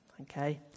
okay